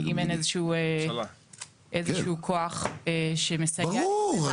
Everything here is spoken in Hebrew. אבל אם אין איזשהו כוח שמסייע לנו לקדם --- ברור.